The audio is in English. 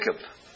Jacob